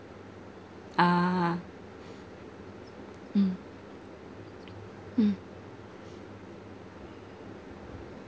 ah mm mm